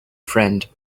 friend